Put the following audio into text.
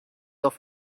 auf